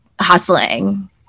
hustling